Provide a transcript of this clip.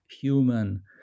human